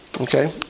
Okay